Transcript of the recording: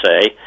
say